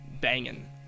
banging